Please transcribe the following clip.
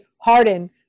Harden